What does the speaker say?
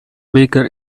baker